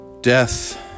Death